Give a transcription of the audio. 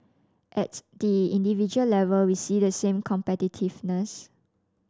at the individual level we see the same competitiveness